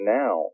now